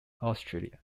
austria